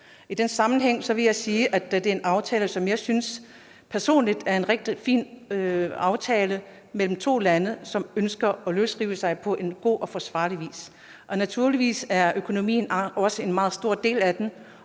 I den sammenhæng vil jeg sige, at det er en aftale, som jeg personligt synes er en rigtig fin aftale mellem to lande, som ønsker at løsrive sig på god og forsvarlig vis. Naturligvis er økonomien også en meget stor del af den,